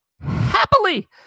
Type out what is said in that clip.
Happily